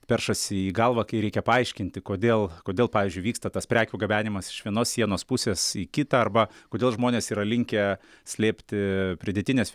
peršasi į galvą kai reikia paaiškinti kodėl kodėl pavyzdžiui vyksta tas prekių gabenimas iš vienos sienos pusės į kitą arba kodėl žmonės yra linkę slėpti pridėtinės